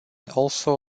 also